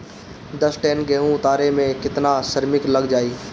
दस टन गेहूं उतारे में केतना श्रमिक लग जाई?